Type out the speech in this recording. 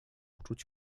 uczuć